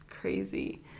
crazy